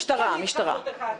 המשטרה, המשטרה.